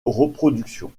reproduction